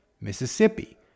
Mississippi